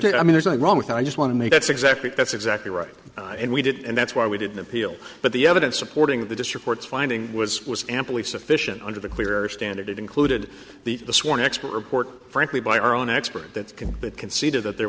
ok i mean there's nothing wrong with that i just want to make that's exactly that's exactly right and we did and that's why we didn't appeal but the evidence supporting the district court's finding was was amply sufficient under the clear standard it included the sworn expert report frankly by our own expert that can but conceded that there